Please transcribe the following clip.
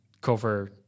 cover